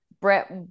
Brett